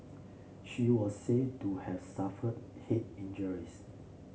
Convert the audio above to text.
she was said to have suffered head injuries